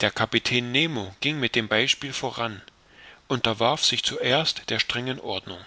der kapitän nemo ging mit dem beispiel voran unterwarf sich zuerst der strengen ordnung